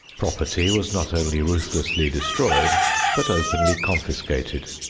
property was not only ruthlessly destroyed but openly confiscated.